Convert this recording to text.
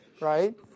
right